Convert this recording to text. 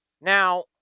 Now